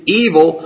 evil